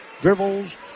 dribbles